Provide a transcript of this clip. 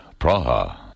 Praha